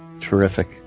Terrific